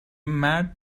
مرد